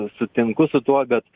sutinku su tuo bet